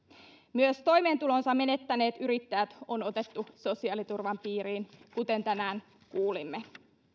myös toimeentulonsa menettäneet yrittäjät on otettu sosiaaliturvan piiriin kuten tänään kuulimme